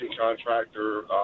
contractor